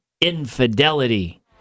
infidelity